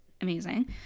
amazing